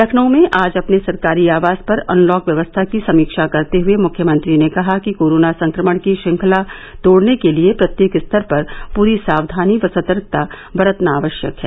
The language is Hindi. लखनऊ में आज अपने सरकारी आवास पर अनलॉक व्यवस्था की समीक्षा करते हुए मुख्यमंत्री ने कहा कि कोरोना संक्रमण की श्रंखला तोड़ने के लिए प्रत्येक स्तर पर पूरी साक्षानी व सतकता बरतना आवश्यक है